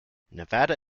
nevada